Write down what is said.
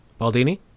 Baldini